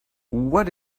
what